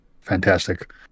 fantastic